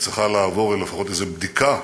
צריכה לעבור לפחות איזו בדיקה,